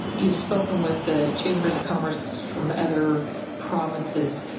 you have spoken with ah chambers of commerce from other provinces?